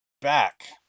back